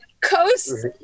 coast